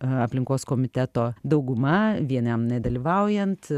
aplinkos komiteto dauguma vienam nedalyvaujant